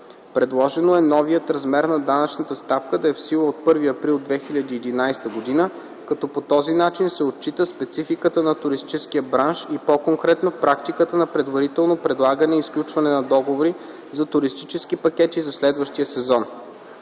Предложено е новият размер на данъчната ставка да е в сила от 1 април 2011 г., като по този начин се отчита спецификата на туристическия бранш и по-конкретно практиката на предварително предлагане и сключване на договори за туристически пакети за следващия сезон.